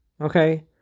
Okay